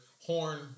horn